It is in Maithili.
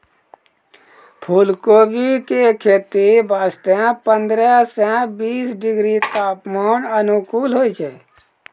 फुलकोबी के खेती वास्तॅ पंद्रह सॅ बीस डिग्री तापमान अनुकूल होय छै